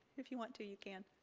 if you want to you can.